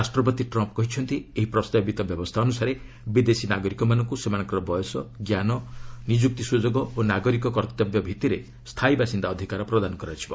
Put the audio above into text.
ରାଷ୍ଟ୍ରପତି ଟ୍ରମ୍ପ୍ କହିଛନ୍ତି ଏହି ପ୍ରସ୍ତାବିତ ବ୍ୟବସ୍ଥା ଅନୁସାରେ ବିଦେଶୀ ନାଗରିକମାନଙ୍କୁ ସେମାନଙ୍କର ବୟସ ଜ୍ଞାନ ନିଯୁକ୍ତି ସୁଯୋଗ ଓ ନାଗରିକ କର୍ତ୍ତବ୍ୟ ଭିତ୍ତିରେ ସ୍ଥାୟୀ ବାସିନ୍ଦା ଅଧିକାର ପ୍ରଦାନ କରାଯିବ